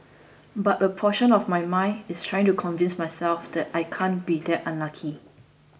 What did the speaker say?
but a portion of my mind is trying to convince myself that I can't be that unlucky